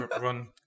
run